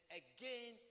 again